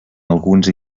alguns